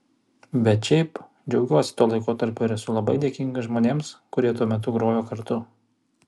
bet šiaip džiaugiuosi tuo laikotarpiu ir esu labai dėkingas žmonėms kurie tuo metu grojo kartu